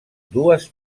dues